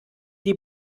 die